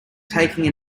taking